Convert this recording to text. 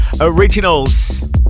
originals